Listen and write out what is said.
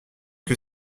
que